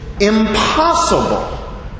Impossible